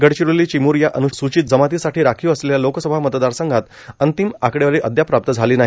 गडचिरोली चिमूर या अन्सूचित जमातीसाठी राखीव असलेल्या लोकसभा मतदारसंघात अंतिम आकडेवारी अद्याप प्राप्त झाली नाही